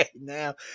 now